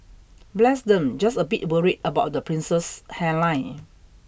bless them just a bit worried about the prince's hairline